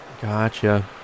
Gotcha